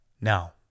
Now